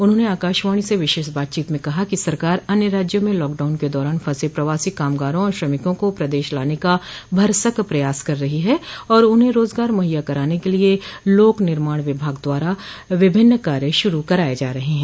उन्होंने आकाशवाणी से विशेष बातचीत में कहा कि सरकार अन्य राज्यों में लाकडाउन के दौरान फंसे प्रवासी कामगारों और श्रमिकों को प्रदेश लाने का भरसक प्रयास कर रही है और उन्हे रोजगार मुहैया कराने के लिए लोक निर्माण विभाग द्वारा विभिन्न कार्य शुरू कराये जा रहे हैं